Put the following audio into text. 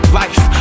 life